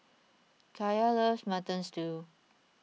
Kaya loves Mutton Stew